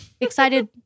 excited